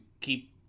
keep